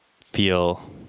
feel